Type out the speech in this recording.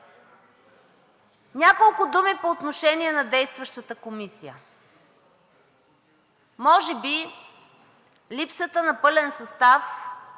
Няколко думи по отношение на действащата комисия. Може би липсата на пълен състав